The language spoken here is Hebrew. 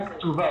לקבל.